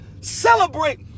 Celebrate